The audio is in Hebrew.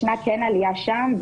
ישנה עלייה שם,